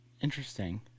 Interesting